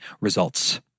results